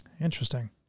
Interesting